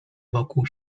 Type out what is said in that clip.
wokół